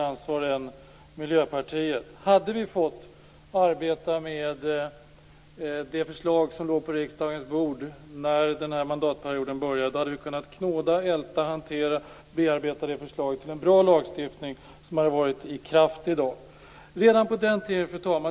Om vi hade fått arbeta med det förslag som låg på riksdagens bord när den här mandatperioden började hade vi kunnat knåda, älta, hantera och bearbeta det förslaget till en bra lagstiftning som hade varit i kraft i dag. Fru talman!